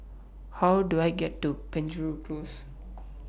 How Do I get to Penjuru Close